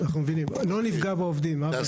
לא נפגע בעובדים, אבנר.